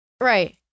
right